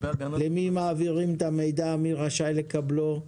למי מעבירים את המידע, מי רשאי לקבל אותו,